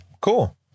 Cool